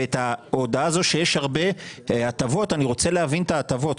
ואת ההודעה הזאת שיש הרבה הטבות אני רוצה להבין את ההטבות.